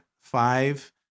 five